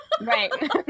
Right